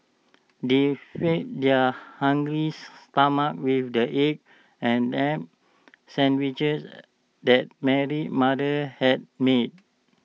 they fed their hungry stomachs with the egg and sandwiches that Mary's mother had made